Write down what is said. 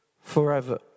forever